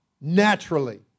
naturally